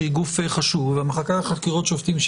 שהיא גוף חשוב והמחלקה לחקירות שוטרים,